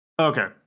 Okay